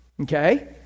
Okay